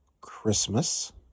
Christmas